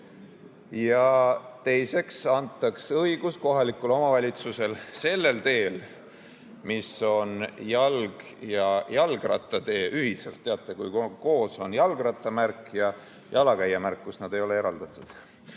Ja teiseks, et antaks õigus kohalikul omavalitsusel sellel teel, mis on jalg- ja jalgrattatee ühiselt – teate, kui koos on jalgrattamärk ja jalakäijamärk, kus nad ei ole eraldatud